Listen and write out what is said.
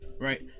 Right